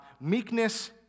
Meekness